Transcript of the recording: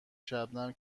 شبنم